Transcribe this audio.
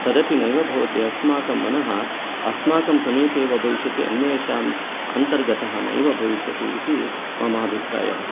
तदपि नैव भवति अस्माकं मनः अस्माकं समीपे एव भविष्यति अन्येषाम् अन्तर्गतः नैव भविष्यति इति मम अभिप्रायः